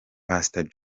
pastor